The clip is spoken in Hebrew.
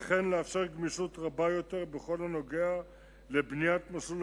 וכן לאפשר גמישות רבה יותר בכל הנוגע לבניית מסלול